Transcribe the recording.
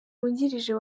wungirije